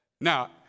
Now